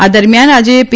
આ દરમિયાન આજે પી